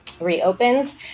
reopens